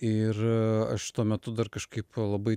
ir aš tuo metu dar kažkaip labai